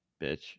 bitch